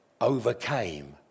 overcame